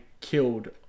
killed